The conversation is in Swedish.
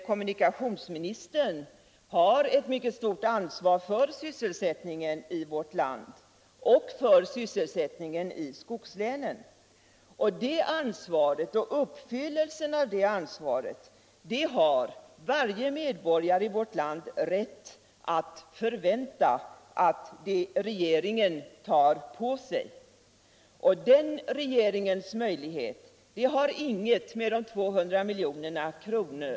kommunikationsministern har ett mycket stort ansvar för sysselsättningen i vårt land och för sysselsättningen i skogslänen. Det ansvaret och uppfyllelsen av det ansvaret har varje medborgare i vårt land rätt att förvänta att regeringen tar på sig. Denna regeringens möjlighet har ingenting med de 200 miljonerna att göra.